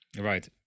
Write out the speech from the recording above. Right